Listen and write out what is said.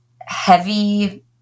heavy